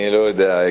אני לא יודע.